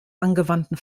angewandten